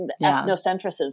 ethnocentrism